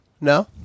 No